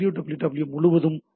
W முழுவதும் உள்ளது